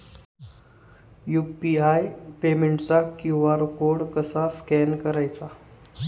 UPI पेमेंटचा QR code कसा scan करायचा?